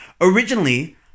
Originally